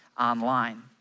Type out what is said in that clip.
online